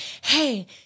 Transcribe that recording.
Hey